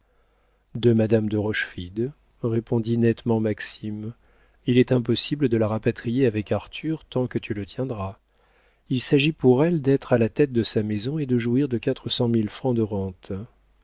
de madame de rochefide répondit nettement maxime il est impossible de la rapatrier avec arthur tant que tu le tiendras il s'agit pour elle d'être à la tête de sa maison et de jouir de quatre cent mille francs de rentes